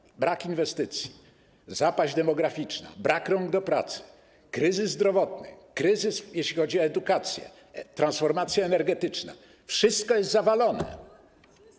Chodzi o brak inwestycji, zapaść demograficzną, brak rąk do pracy, kryzys zdrowotny, kryzys, jeśli chodzi o edukację, transformację energetyczną, wszystko jest zawalone.